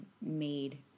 made